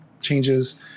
changes